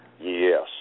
Yes